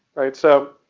alright so